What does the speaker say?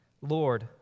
Lord